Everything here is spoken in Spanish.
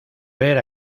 ver